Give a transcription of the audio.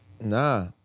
nah